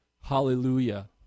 Hallelujah